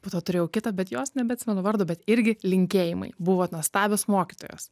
po to turėjau kitą bet jos nebeatsimenu vardo bet irgi linkėjimai buvo nuostabios mokytojos